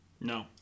No